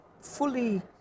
fully